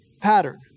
pattern